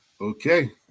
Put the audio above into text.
Okay